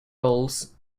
roles